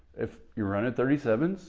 if you're running thirty seven s,